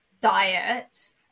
diet